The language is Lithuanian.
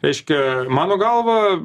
reiškia mano galva